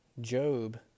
Job